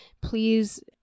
please